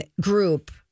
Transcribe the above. group